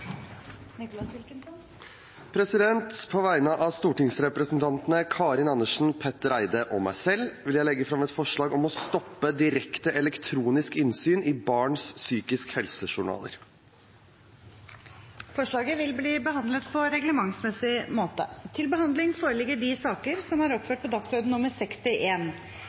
På vegne av stortingsrepresentantene Karin Andersen, Petter Eide og meg selv vil jeg framsette et forslag om å stoppe direkte elektronisk innsyn i barns psykiske helsejournaler. Forslaget vil bli behandlet på reglementsmessig måte.